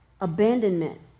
abandonment